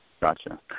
Gotcha